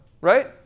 right